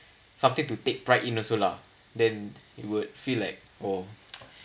something to take pride in also lah then it would feel like oh